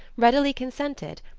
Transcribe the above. readily consented,